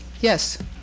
Yes